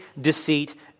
deceit